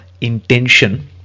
intention